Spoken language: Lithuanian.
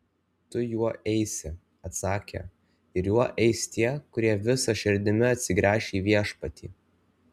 tu juo eisi atsakė ir juo eis tie kurie visa širdimi atsigręš į viešpatį